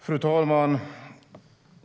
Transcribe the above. Fru talman!